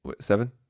seven